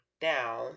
down